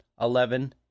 eleven